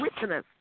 witness